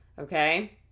okay